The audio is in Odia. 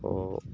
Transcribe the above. ଓ